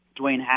Dwayne